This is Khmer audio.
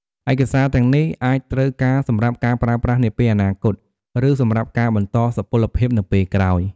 ឯកសារទាំងនេះអាចត្រូវការសម្រាប់ការប្រើប្រាស់នាពេលអនាគត ឬសម្រាប់ការបន្តសុពលភាពនៅពេលក្រោយ។